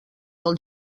del